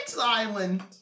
island